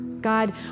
God